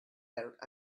out